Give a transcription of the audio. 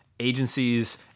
agencies